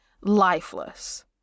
lifeless